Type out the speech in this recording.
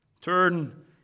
Turn